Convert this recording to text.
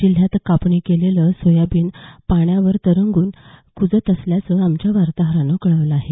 जिल्ह्यात कापणी केलेलं सोयाबीन पाण्यावर तरंगून कुजत असल्याचं आमच्या वार्ताहरानं कळवलं आहे